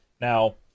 now